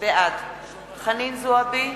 בעד חנין זועבי,